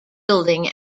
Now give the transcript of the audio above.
building